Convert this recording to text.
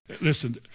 Listen